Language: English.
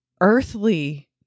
earthly